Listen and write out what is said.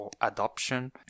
adoption